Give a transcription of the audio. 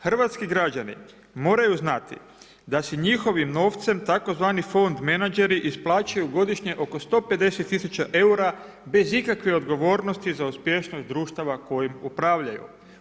Hrvatski građani moraju znati da si njihovim novcem tzv. fond menadžeri isplaćuju godišnje oko 150 000 eura bez ikakve odgovornosti za uspješnost društava kojim upravljaju.